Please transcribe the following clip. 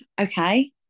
okay